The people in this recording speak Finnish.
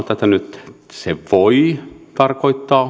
tätä nyt se voi tarkoittaa